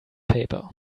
paper